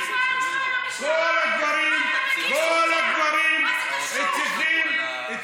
אז תפתור את הבעיות שלך עם המשטרה.